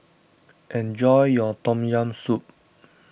enjoy your Tom Yam Soup